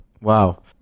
Wow